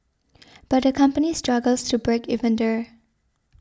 but the company struggles to break even there